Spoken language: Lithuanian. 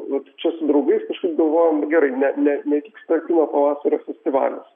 vat čia su draugais kažkaip galvojom gerai ne ne nevyksta kino pavasario festivalis